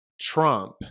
Trump